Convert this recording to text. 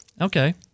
Okay